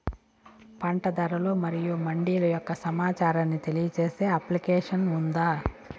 పంట ధరలు మరియు మండీల యొక్క సమాచారాన్ని తెలియజేసే అప్లికేషన్ ఉందా?